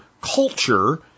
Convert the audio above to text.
culture